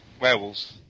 werewolves